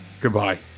goodbye